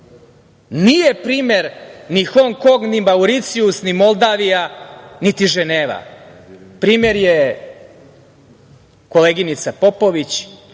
deci. Nije primer ni Hong Kong, ni Mauricijus, ni Moldavija, niti Ženeva. Primer je koleginica Popović,